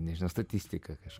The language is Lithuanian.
nežino statistika kas